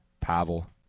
Pavel